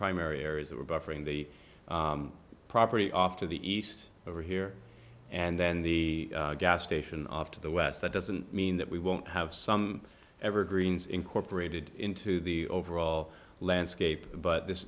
primary areas that we're buffering the property off to the east over here and then the gas station off to the west that doesn't mean that we won't have some evergreens incorporated into the overall landscape but this